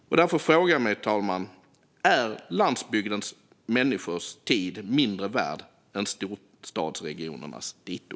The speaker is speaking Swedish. Därför undrar jag: Är landsbygdens människors tid mindre värd än storstadsregionernas dito?